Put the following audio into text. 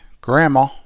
Grandma